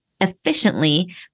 efficiently